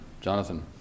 Jonathan